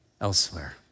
elsewhere